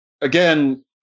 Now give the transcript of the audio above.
again